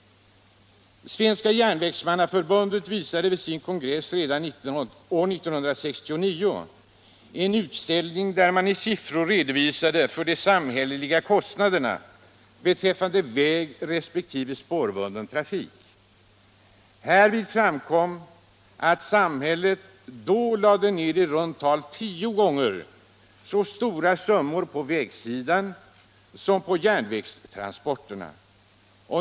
Svenska järnvägsmannaförbundet visade vid sin kongress redan år 1969 en utställning där man i siffror redovisade de samhälleliga kostnaderna beträffande vägresp. spårbunden trafik. Härvid framgick att samhället då lade ned i runt tal tio gånger så stora summor på vägsidan som på järnvägstransporterna.